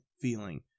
feeling